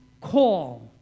call